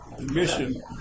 mission